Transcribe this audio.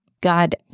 God